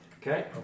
Okay